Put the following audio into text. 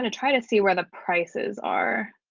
and try to see where the prices are.